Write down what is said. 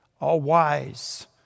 all-wise